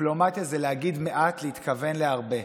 דיפלומטיה זה להגיד מעט, להתכוון להרבה.